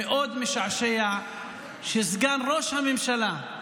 מאוד משעשע שסגן ראש הממשלה,